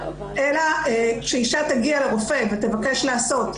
אלא שאישה תגיע לרופא ותבקש לעשות,